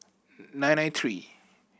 nine nine three